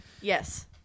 Yes